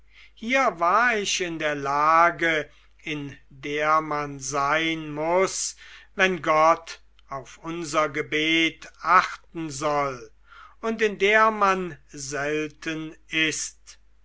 hier war ich in der lage in der man sein muß wenn gott auf unser gebet achten soll und in der man selten ist